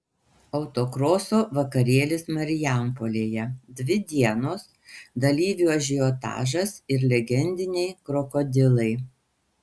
autokroso vakarėlis marijampolėje dvi dienos dalyvių ažiotažas ir legendiniai krokodilai